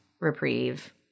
reprieve